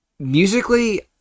Musically